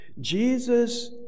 Jesus